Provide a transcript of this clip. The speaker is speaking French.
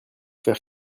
faire